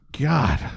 God